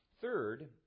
Third